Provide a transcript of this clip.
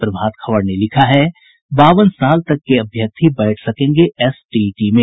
प्रभात खबर ने लिखा है बावन साल तक के अभ्यर्थी बैठ सकेंगे एसटीईटी में